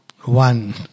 one